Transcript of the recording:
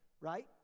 right